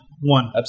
one